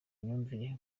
myumvire